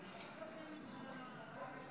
לרשותך שלוש